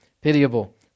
pitiable